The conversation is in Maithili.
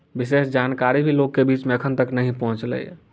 विशेष जानकारी भी लोकके बीचमे एखन तक नहि पहुँचलैए